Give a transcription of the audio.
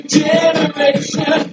generation